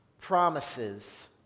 promises